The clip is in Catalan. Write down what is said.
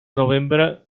novembre